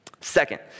Second